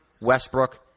Westbrook